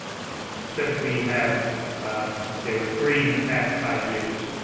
and, specifically, have there were three in the past five years.